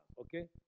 okay